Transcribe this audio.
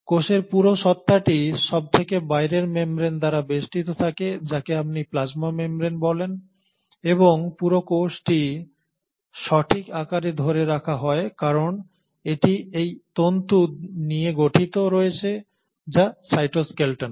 কোষের পুরো সত্তাটি সবথেকে বাইরের মেমব্রেন দ্বারা বেষ্টিত থাকে যাকে আপনি প্লাজমা মেমব্রেন বলেন এবং পুরো কোষটি সঠিক আকারে ধরে রাখা হয় কারণ এটি এই তন্তু নিয়ে গঠিত রয়েছে যা সাইটোস্কেলটন